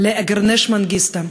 לאגרנש מנגיסטו,